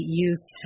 youth